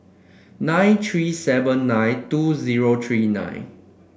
nine three seven nine two zero three nine